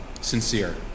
sincere